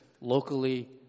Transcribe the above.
locally